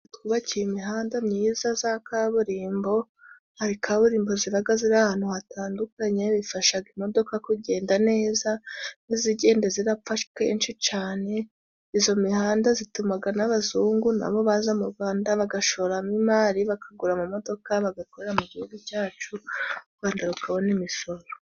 Twubakiwe imihanda myiza ya kaburimbo. Hari kaburimbo ziba ziri ahantu hatandukanye bifasha imodoka kugenda neza ntizigende zirapfa kenshi cyane. Iyo mihanda ituma n'abazungu na bo baza mu Rwanda bagashoramo imari, bakagura amamodoka bagakorera mu gihugu cyacu u Rwanda rukabona imisoro.